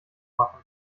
machen